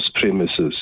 premises